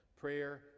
Prayer